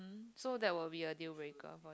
so that will be a deal breaker for